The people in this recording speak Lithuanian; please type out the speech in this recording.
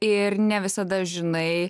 ir ne visada žinai